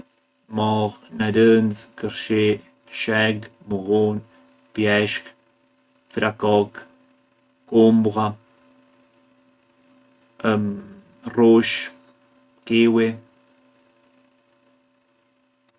Mollë, narënxë, kërshi, shegë, mullunë, pjeshkë, vrakokë, kumbulla, rrushë, kiwi.